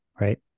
right